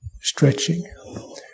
stretching